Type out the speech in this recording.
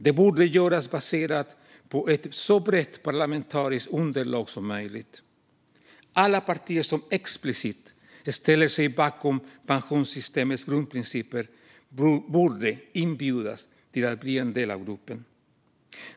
Det borde göras baserat på ett så brett parlamentariskt underlag som möjligt. Alla partier som explicit ställer sig bakom pensionssystemets grundprinciper borde inbjudas till att bli en del av gruppen.